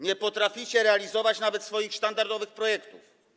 Nie potraficie realizować nawet swoich sztandarowych projektów.